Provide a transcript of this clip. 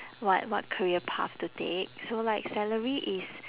what what career path to take so like salary is